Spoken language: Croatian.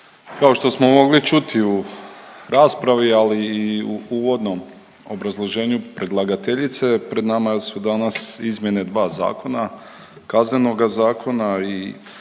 Kao što smo mogli čuti u raspravi, ali i u uvodnom obrazloženju predlagateljice pred nama su danas izmjene dva zakona – Kaznenoga zakona i